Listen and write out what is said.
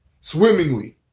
swimmingly